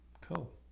Cool